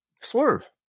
Swerve